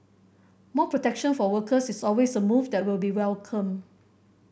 more protection for workers is always a move that will be welcomed